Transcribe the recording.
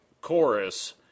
chorus